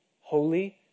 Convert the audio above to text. holy